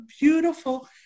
beautiful